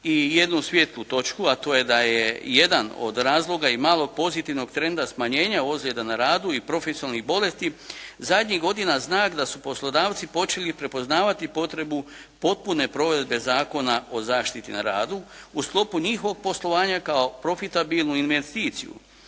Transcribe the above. i jednu svijetlu točku, a to je da je jedan od razloga i malo pozitivnog trenda smanjenja ozljeda na radu i profesionalnih bolesti zadnjih godina znak da su poslodavci počeli prepoznavati potrebu potpune provedbe Zakona o zaštiti na radu u sklopu njihovog poslovanja kao profitabilnu investiciju